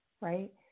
Right